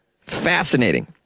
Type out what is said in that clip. Fascinating